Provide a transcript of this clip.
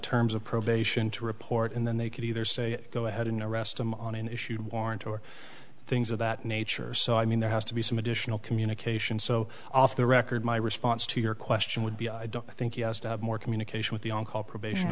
terms of probation to report and then they can either say go ahead and arrest him on an issue warrant or things of that nature so i mean there has to be some additional communication so off the record my response to your question would be i don't think more communication with the oncall probation